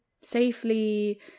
safely